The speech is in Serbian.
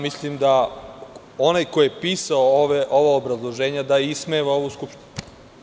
Mislim da onaj ko je pisao ovo obrazloženje ismeva ovu Skupštinu.